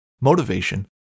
motivation